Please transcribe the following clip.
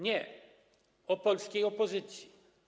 Nie, o polskiej opozycji.